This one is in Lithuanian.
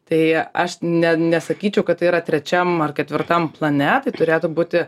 tai aš ne nesakyčiau kad tai yra trečiam ar ketvirtam plane tai turėtų būti